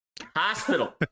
Hospital